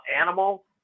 animal